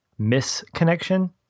misconnection